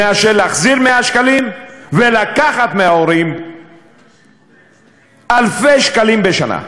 מלהחזיר 100 שקלים ולקחת מההורים אלפי שקלים בשנה.